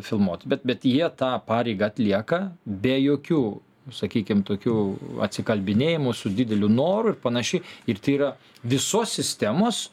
filmuot bet bet jie tą pareigą atlieka be jokių sakykim tokių atsikalbinėjimų su dideliu noru ir panašiai ir tai yra visos sistemos